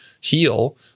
heal